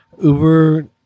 Uber